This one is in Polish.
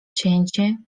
cięcie